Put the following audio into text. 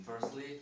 firstly